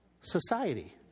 society